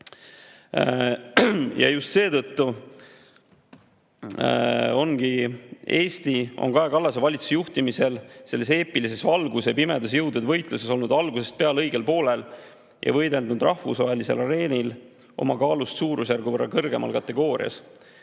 sõjast. Just seetõttu ongi Eesti Kaja Kallase valitsuse juhtimisel selles eepilises valguse ja pimeduse jõudude võitluses olnud algusest peale õigel poolel ja võidelnud rahvusvahelisel areenil oma kaalust suurusjärgu võrra kõrgemas kategoorias.